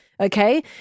Okay